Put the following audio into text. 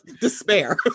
Despair